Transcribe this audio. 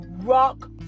rock